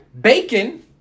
Bacon